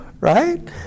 right